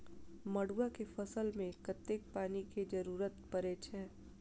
मड़ुआ केँ फसल मे कतेक पानि केँ जरूरत परै छैय?